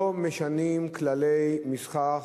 לא משנים כללי משחק